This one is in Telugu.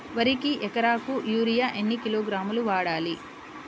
వరికి ఎకరాకు యూరియా ఎన్ని కిలోగ్రాములు వాడాలి?